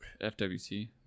FWC